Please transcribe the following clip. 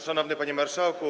Szanowny Panie Marszałku!